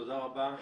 תודה רבה.